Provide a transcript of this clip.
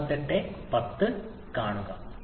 അതിനാൽ പട്ടികകൾ ഉപയോഗിക്കേണ്ട വഴികളാണിത്